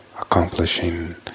Accomplishing